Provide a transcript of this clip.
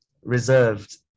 reserved